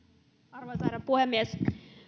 arvoisa herra puhemies